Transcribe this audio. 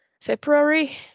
February